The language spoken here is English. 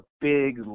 big